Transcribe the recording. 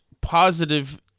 positive